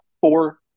four